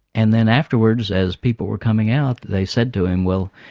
and then afterwards as people were coming out, they said to him, well,